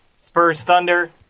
Spurs-Thunder